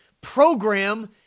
program